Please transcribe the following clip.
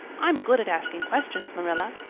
i'm good at asking questions, marilla.